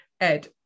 Ed